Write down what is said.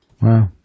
Wow